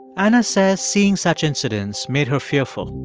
anna says seeing such incidents made her fearful.